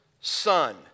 Son